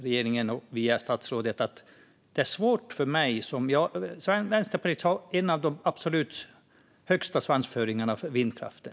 Jag vill via statsrådet ge regeringen en bild. Vänsterpartiet har en av de absolut högsta svansföringarna när det gäller vindkraften.